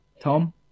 Tom